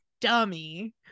dummy